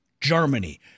Germany